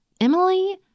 Emily